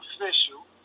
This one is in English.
official